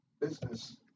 business